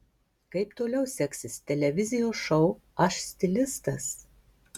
kaip toliau seksis televizijos šou aš stilistas